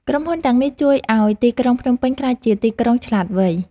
ក្រុមហ៊ុនទាំងនេះជួយឱ្យទីក្រុងភ្នំពេញ ក្លាយជាទីក្រុងឆ្លាតវៃ។